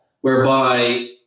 whereby